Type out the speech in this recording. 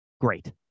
Great